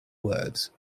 words